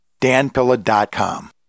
danpilla.com